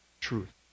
truth